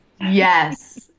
Yes